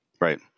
right